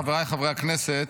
חבריי חברי הכנסת,